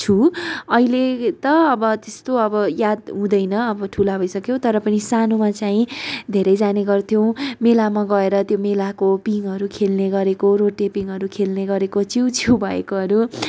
छु अहिले त अब त्यस्तो अब याद हुँदैन अब ठुला भइसकियो तर पनि सानोमा चाहिँ धेरै जाने गर्थ्यौँ मेलामा गएर त्यो मेलाको पिङहरू खेल्ने गरेको रोटे पिङहरू खेल्ने गरेको चिउचिउ भएकोहरू